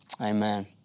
Amen